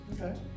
Okay